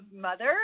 mother